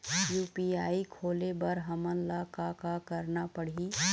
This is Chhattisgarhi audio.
यू.पी.आई खोले बर हमन ला का का करना पड़ही?